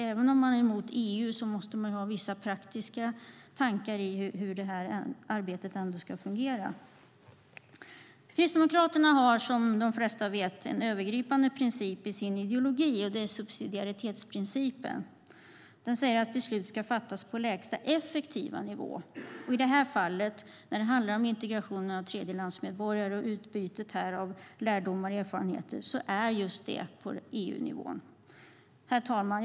Även om man är emot EU måste man ha vissa tankar om hur detta arbete ändå ska fungera praktiskt. Kristdemokraterna har som de flesta vet en övergripande princip i sin ideologi, och det är subsidiaritetsprincipen. Den säger att beslut ska fattas på lägsta effektiva nivå. I detta fall när det handlar om integration av tredjelandsmedborgare och utbyte av lärdomar och erfarenheter är just det på EU-nivå. Herr talman!